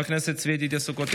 חבר הכנסת צבי ידידיה סוכות,